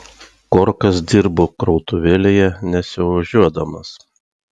korkas dirbo krautuvėlėje nesiožiuodamas